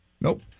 nope